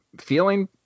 feeling